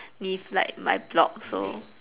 me like my block so